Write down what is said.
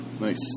Nice